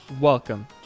Welcome